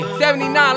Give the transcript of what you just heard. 79